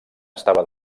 estava